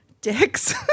Dicks